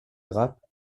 grappes